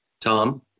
Tom